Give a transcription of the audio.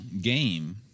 game